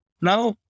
Now